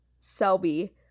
Selby